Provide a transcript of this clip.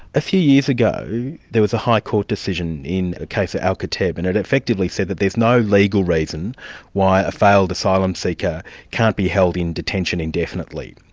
a few years ago there was a high court decision in a case al kateb, and it effectively said that there's no legal reason why a failed asylum seeker can't be held in detention indefinitely.